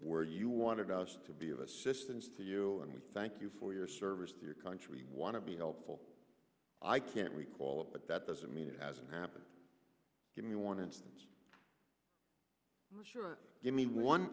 where you wanted us to be of assistance to you and we thank you for your service to your country want to be helpful i can't recall it but that doesn't mean it hasn't happened give me one instance sure give me one